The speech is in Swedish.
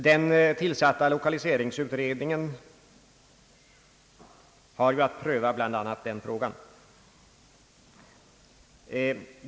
Den tillsatta lokaliseringsutredningen har ju att pröva bl.a. denna fråga.